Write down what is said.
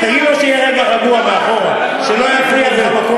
תגיד לו שיהיה רגוע מאחור, שלא יפריע לי.